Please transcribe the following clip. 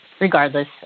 Regardless